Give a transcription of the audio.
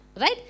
Right